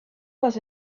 was